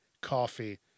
coffee